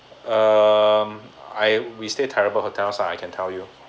um I we stay terrible hotels ah I can tell you